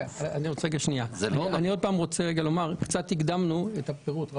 קצת הקדמנו את הפירוט.